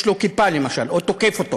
יש שם רופאים, אבל אין תקנים.